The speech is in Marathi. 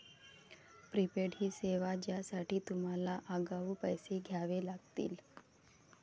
प्रीपेड ही सेवा आहे ज्यासाठी तुम्हाला आगाऊ पैसे द्यावे लागतील